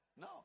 No